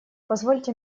позвольте